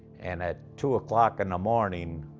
and at two o'clock in the morning,